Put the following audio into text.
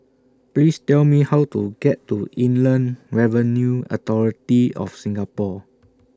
Please Tell Me How to get to Inland Revenue Authority of Singapore